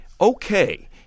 okay